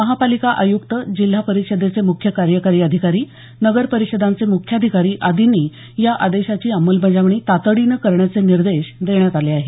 महापालिका आयुक्त जिल्हा परिषदेचे मुख्य कार्यकारी अधिकारी नगर परिषदांचे मुख्याधिकारी आदींनी या आदेशाची अंमलबजावणी तातडीने करण्याचे निर्देश देण्यात आले आहेत